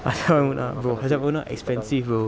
hajjah maimunah bro hajjah maimunah expensive bro